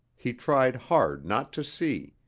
he tried hard not to see,